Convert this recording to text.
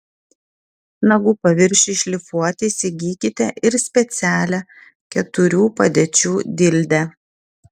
nagų paviršiui šlifuoti įsigykite ir specialią keturių padėčių dildę